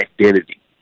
identity